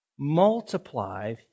multiply